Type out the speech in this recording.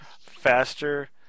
Faster